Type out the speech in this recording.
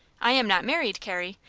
i am not married, carrie,